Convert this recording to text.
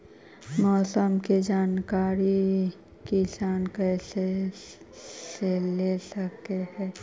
मौसम के जानकारी किसान कहा से ले सकै है?